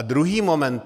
A druhý moment.